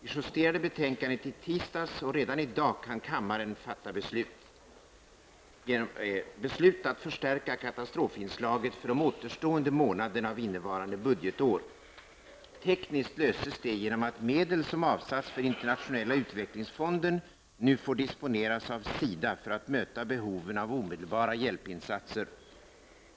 Utskottets betänkande justerades i tisdags, och redan i dag kan kammaren fatta beslut om att förstärka katastrofanslaget för de återstående månaderna av innevarande budgetår. Tekniskt löses detta genom att medel som avsatts för Internationella utvecklingsfonden nu får disponeras av SIDA för att möta behoven av omedelbara hjälpinsatser.